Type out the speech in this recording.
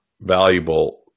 valuable